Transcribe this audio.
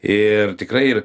ir tikrai ir